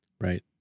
Right